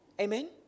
Amen